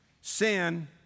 sin